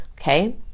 Okay